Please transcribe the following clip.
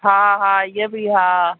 हा हा इहा बि हा